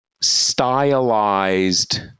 stylized